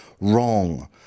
wrong